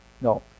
No